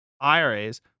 IRAs